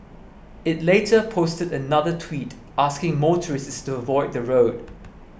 it later posted another tweet asking motorists to avoid the road